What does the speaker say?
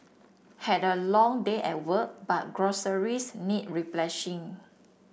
had a long day at work but groceries need